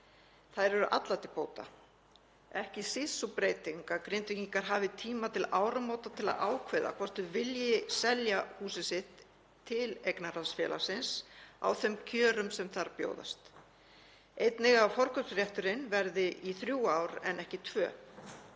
Þær eru allar til bóta, ekki síst sú breyting að Grindvíkingar hafi tíma til áramóta til að ákveða hvort þeir vilji selja húsið sitt til eignarhaldsfélagsins á þeim kjörum sem þar bjóðast. Einnig að forkaupsrétturinn verði í þrjú ár en ekki tvö.